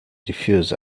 diffuse